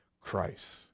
Christ